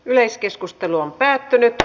yleiskeskustelu päättyi